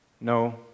No